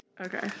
Okay